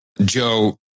Joe